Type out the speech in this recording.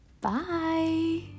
Bye